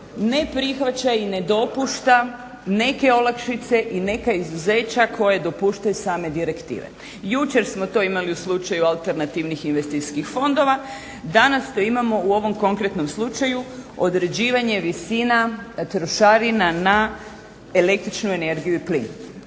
ne prihvaća i ne dopušta neke olakšice i neka izuzeća koje dopuštaju same direktive. Jučer smo imali to u slučaju alternativnih investicijskih fondova, danas to imamo u ovom konkretnom slučaju određivanje visina trošarina na električnu energiju i plin.